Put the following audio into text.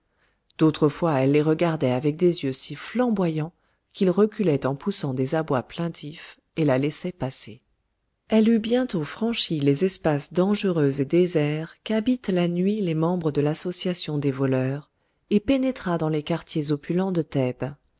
fois elle les regardait avec des yeux si flamboyants qu'ils reculaient en poussant des abois plaintifs et la laissaient passer elle eut bientôt franchi les espaces dangereux et déserts qu'habitent la nuit les membres de l'association des voleurs et pénétra dans les quartiers opulents de thèbes